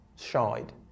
shied